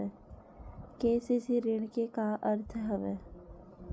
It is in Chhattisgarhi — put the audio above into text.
के.सी.सी ऋण के का अर्थ हवय?